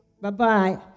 Bye-bye